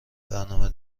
برنامه